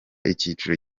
icyiciro